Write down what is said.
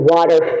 Water